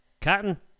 Cotton